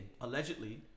Allegedly